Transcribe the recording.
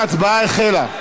ההצבעה החלה.